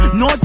no